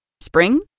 Spring